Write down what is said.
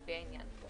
לפי העניין".